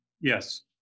Yes